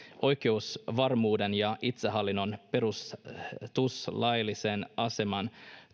oikeusvarmuuden ja itsehallinnon perustuslaillisen aseman